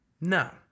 No